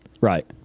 Right